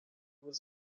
was